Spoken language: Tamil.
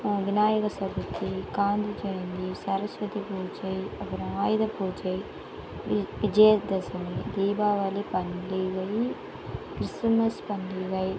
விநாயகர் சதுர்த்தி காந்தி ஜெயந்தி சரஸ்வதி பூஜை அப்புறம் ஆயுத பூஜை வி விஜயதசமி தீபாவளி பண்டிகை கிறிஸுதுமஸ் பண்டிகை